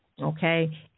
Okay